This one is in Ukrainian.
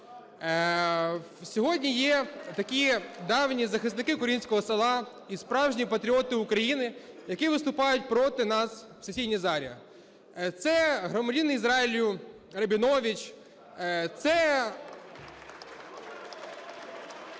Сьогодні є такі давні захисники українського села і справжні патріоти України, які виступають проти нас в сесійній залі. Це громадянин Ізраїлю Рабінович. Це